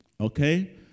okay